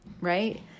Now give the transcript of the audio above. right